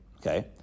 Okay